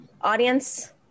Audience